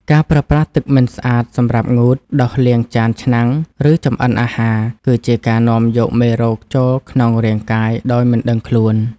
ការប្រើប្រាស់ទឹកមិនស្អាតសម្រាប់ងូត ដុសលាងចានឆ្នាំង ឬចម្អិនអាហារ គឺជាការនាំយកមេរោគចូលក្នុងរាងកាយដោយមិនដឹងខ្លួន។